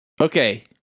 Okay